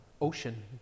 ocean